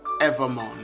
evermore